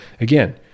again